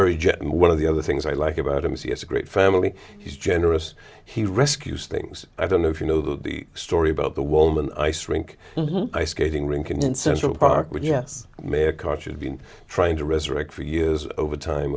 and one of the other things i like about him is he has a great family he's generous he rescues things i don't know if you know the story about the woman ice rink ice skating rink in central park with yes mayor koch had been trying to resurrect for years over time